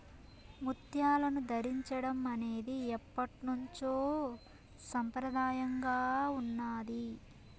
ముత్యాలను ధరించడం అనేది ఎప్పట్నుంచో సంప్రదాయంగా ఉన్నాది